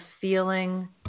feeling